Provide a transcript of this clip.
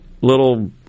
little